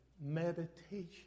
meditation